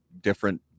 different